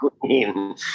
queen